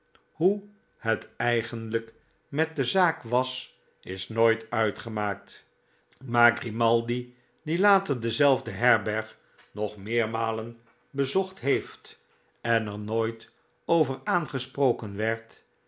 hoe het eigenlijk met de zaak was is nooit uitgemaakt maar grimaldi die later dezelfde herberg nog meermalen bezocht heeft en er nooit over aangesproken werd